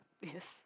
Yes